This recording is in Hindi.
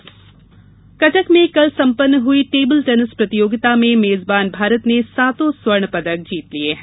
टेनिस कटक में कल संपन्न हुई टेबल टेनिस प्रतियोगिता में मेजबान भारत ने सातों स्वर्ण पदक जीत लिए हैं